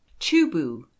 Chubu